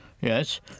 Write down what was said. Yes